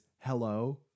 Hello